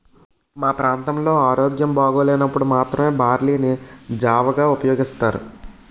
మా ప్రాంతంలో ఆరోగ్యం బాగోలేనప్పుడు మాత్రమే బార్లీ ని జావగా ఉపయోగిస్తారు